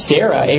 Sarah